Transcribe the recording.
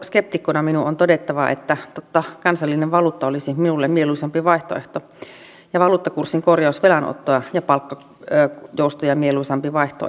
euroskeptikkona minun on todettava että totta kansallinen valuutta olisi minulle mieluisampi vaihtoehto ja valuuttakurssin korjaus velanottoa ja palkkajoustoja mieluisampi vaihtoehto